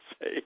say